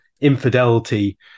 infidelity